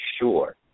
sure